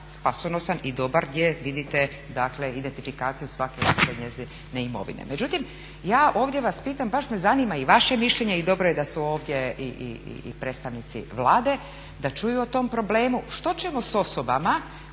spasonosan i dobar gdje vidite identifikaciju svake osobe, njezine imovine. Međutim ja ovdje vas pitam, baš me zanima i vaše mišljenje i dobro je da su ovdje i predstavnici Vlade da čuju o tom problemu. Što ćemo s osobama